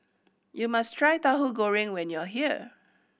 you must try Tahu Goreng when you are here